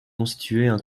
constituaient